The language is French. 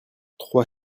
trois